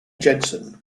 jensen